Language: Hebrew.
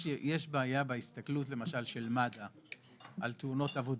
יש בעיה בהסתכלות, למשל של מד"א על תאונות עבודה.